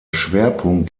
schwerpunkt